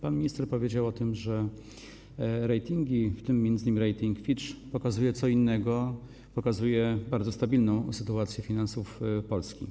Pan minister powiedział o tym, że ratingi, w tym m.in. rating Fitcha, pokazują co innego, pokazują bardzo stabilną sytuację finansów Polski.